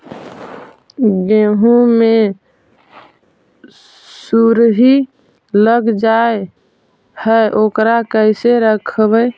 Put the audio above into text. गेहू मे सुरही लग जाय है ओकरा कैसे रखबइ?